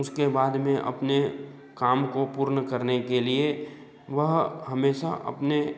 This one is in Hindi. उसके बाद में अपने काम को पूर्ण करने के लिए वह हमेशा अपने